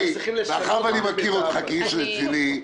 מאחר ואני מכיר אותך כאיש רציני,